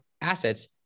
assets